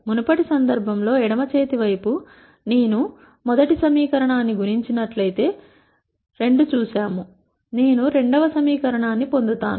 మునుపటి సందర్భంలో ఎడమ చేతి వైపు నేను మొదటి సమీకరణాన్ని గుణించినట్లయితే చూశాము 2 నేను రెండవ సమీకరణాన్ని పొందుతాను